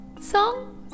song